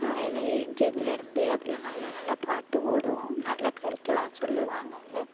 காலையில் ஏஞ்சதுலேருந்து அதில் நல்ல நல்ல பாட்டு ஓடும் நல்ல கருத்துல்லாம் சொல்லுவாங்க